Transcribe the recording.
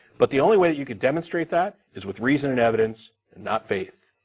but the only way you could demonstrate that is with reason and evidence not faith.